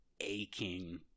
aching